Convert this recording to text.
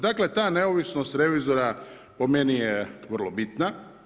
Dakle ta neovisnost revizora po meni je vrlo bitna.